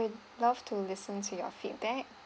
we'd love to listen to your feedback